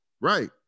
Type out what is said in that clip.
Right